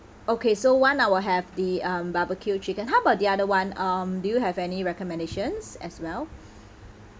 okay so one I'll have the um barbecue chicken how about the other one um do you have any recommendations as well